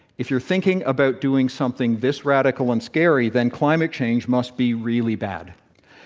if you're thinking about doing something this radical and scary, then climate change must be really bad.